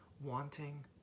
wanting